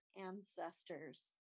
ancestors